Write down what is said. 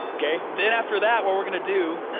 okay? then after that what we're gonna do,